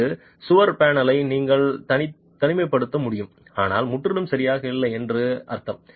இந்த சுவர் பேனலை நீங்கள் தனிமைப்படுத்த முடியும் ஆனால் முற்றிலும் சரியாக இல்லை என்று அர்த்தம்